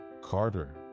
Carter